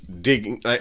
digging